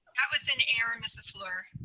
that was an error mrs. fluor.